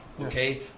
Okay